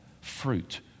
fruit